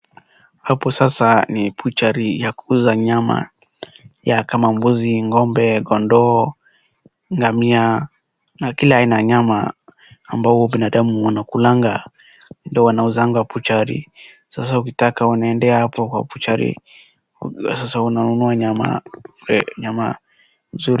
Hapo sasa ni butchery[c] ya kuuza nyama ya kama mbuzi, ng'ombe. kondoo, ngamia na kila ina ya nyama ambao huwa binadamu wanakulanga ndo wanauzanga butchery .Sasa ukitaka unaendea hapo kwa butchery ,sasa unanunua nyama nzuri.